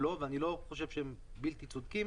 התשובה היא לא ואני לא חושב שהם בלתי צודקים.